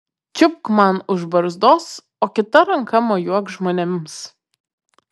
čiupk man už barzdos o kita ranka mojuok žmonėms